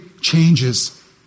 changes